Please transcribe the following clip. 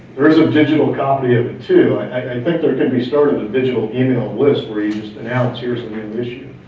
there is a digital copy of it too, i think there could be started a digital email list where you just announce here's the